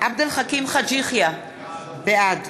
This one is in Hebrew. עבד אל חכים חאג' יחיא, בעד